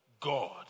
God